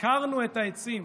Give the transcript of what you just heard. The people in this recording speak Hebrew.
עקרנו את העצים,